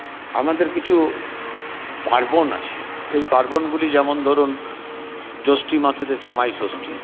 আমাদের কিছু পার্বণ আছে সেই পার্বণগুলি যেমন ধরুন জ্যৈষ্ঠ মাসেতে জামাইষষ্ঠী